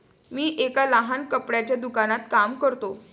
मी एका लहान कपड्याच्या दुकानात काम करतो